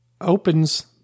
opens